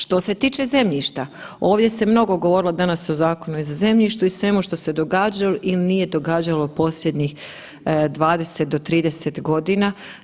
Što se tiče zemljišta ovdje se mnogo govorilo danas i o zakonu i za zemljištu i svemu što se događalo ili nije događalo u posljednjih 20 do 30 godina.